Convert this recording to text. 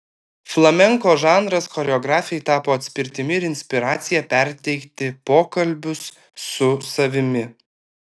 flamenko žanras choreografei tapo atspirtimi ir inspiracija perteikti pokalbius su savimi